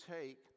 take